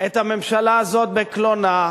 את הממשלה הזאת בקלונה,